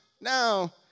now